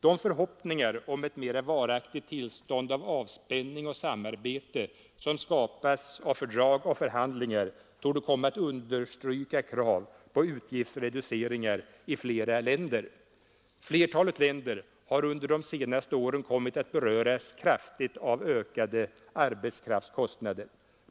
De förhoppningar om ett mer varaktigt tillstånd av avspänning och samarbete som skapats av fördrag och förhandlingar torde komma att understryka krav på utgiftsreduceringar i flera länder. Flertalet länder har under de senaste åren kommit att beröras kraftigt av ökade arbetskraftskostnader.